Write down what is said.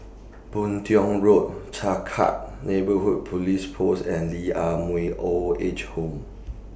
Boon Tiong Road Changkat Neighbourhood Police Post and Lee Ah Mooi Old Age Home